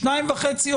שניים וחצי,